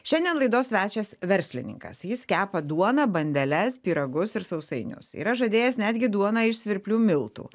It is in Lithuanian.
šiandien laidos svečias verslininkas jis kepa duoną bandeles pyragus ir sausainius yra žadėjęs netgi duoną iš svirplių miltų